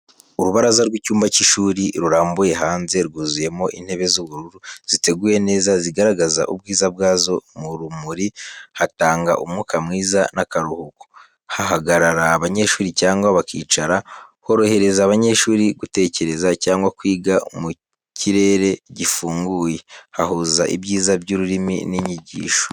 Urubaraza rw'icyumba cy’ishuri rurambuye hanze, rwuzuyemo intebe z’ubururu ziteguye neza, zigaragaza ubwiza bwazo mu rumuri. Hatanga umwuka mwiza n’akaruhuko, hahagarara abanyeshuri cyangwa bakicara, horohereza abanyeshuri gutekereza, cyangwa kwiga mu kirere gifunguye. Hahuza ibyiza by'urumuri n’inyigisho.